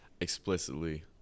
explicitly